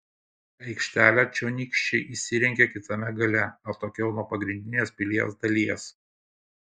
aikštelę čionykščiai įsirengė kitame gale atokiau nuo pagrindinės pilies dalies